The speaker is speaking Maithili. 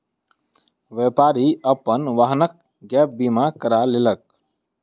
व्यापारी अपन वाहनक गैप बीमा करा लेलक